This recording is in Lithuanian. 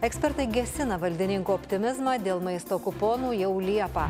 ekspertai gesina valdininkų optimizmą dėl maisto kuponų jau liepą